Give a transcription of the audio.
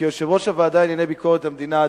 כיושב-ראש הוועדה לענייני ביקורת המדינה,